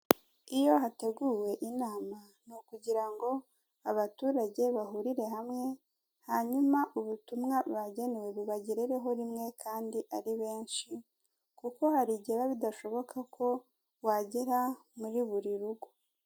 Iyo hateguwe inama ni ukugira ngo abaturage bahurire hamwe, hanyuma ubutumwa bagenewe bubagereho rimwe kandi ari benshi, kuko hari igihe biba bidashoboka ko wagera muri buri rugo.